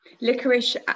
licorice